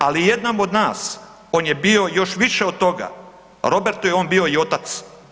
Ali jednom od nas on je bio još više od toga, Robertu je on bio i otac.